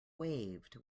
waved